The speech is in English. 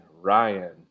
Ryan